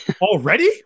already